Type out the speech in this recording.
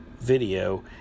video